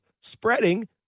spreading